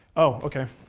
oh, ok.